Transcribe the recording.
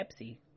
Pepsi